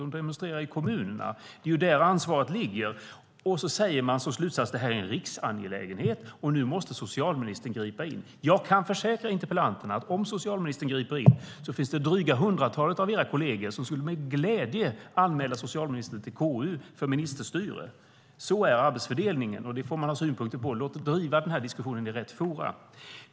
De demonstrerar i kommunerna. Det är där ansvaret ligger. Men här säger man att det är en riksangelägenhet, och att nu måste socialministern gripa in. Jag kan försäkra interpellanterna om att om socialministern griper in finns det dryga hundratalet av era kolleger som med glädje skulle anmäla socialministern till KU för ministerstyre. Så är arbetsfördelningen, och det kan man ha synpunkter på, men låt oss driva den här diskussionen i rätt forum.